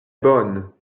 bonnes